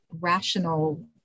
rational